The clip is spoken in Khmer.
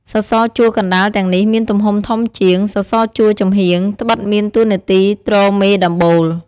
សសរជួរកណ្តាលទាំងនេះមានទំហំធំជាង សសរជួរចំហៀង ត្បិតមានតួនាទីទ្រមេដំបូល។